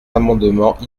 amendements